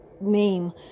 meme